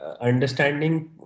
understanding